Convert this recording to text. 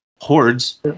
hordes